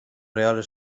real